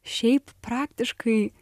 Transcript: šiaip praktiškai